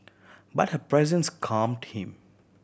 but her presence calmed him